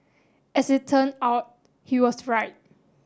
as it turned out he was right